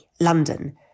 London